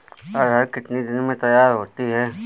अरहर कितनी दिन में तैयार होती है?